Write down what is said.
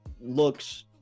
looks